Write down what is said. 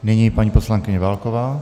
Nyní paní poslankyně Válková.